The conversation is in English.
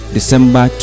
December